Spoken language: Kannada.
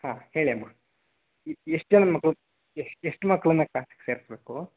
ಹಾಂ ಹೇಳಿಯಮ್ಮ ಎಷ್ಟು ಜನ ಮಕ್ಕಳು ಎಷ್ಟು ಎಷ್ಟು ಮಕ್ಕಳನ್ನ ಕ್ಲಾಸಿಗೆ ಸೇರಿಸ್ಬೇಕು